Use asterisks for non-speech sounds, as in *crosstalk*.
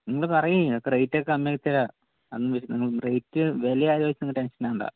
നിങ്ങൾ പറയ് റേറ്റ് ഒക്കെ *unintelligible* നിങ്ങൾ വിലയൊന്നും ആലോചിച്ച് ടെൻഷൻ ആവണ്ട